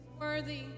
worthy